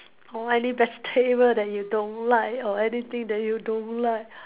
or any vegetable that you don't like or anything that you don't like